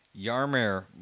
Yarmir